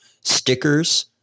stickers